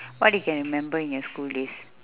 what you can remember in your school days